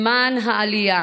למען העלייה,